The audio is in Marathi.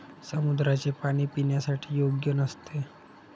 समुद्राचे पाणी पिण्यासाठी योग्य नसते